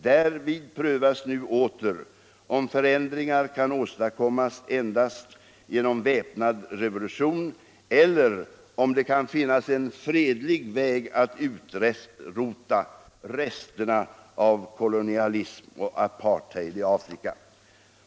Därvid prövas nu åter om förändringar kan åstadkommas endast genom väpnad revolution eller om det kan finnas en fredlig väg att utrota resterna av kolonialism och apartheid i Afrika.